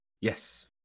Yes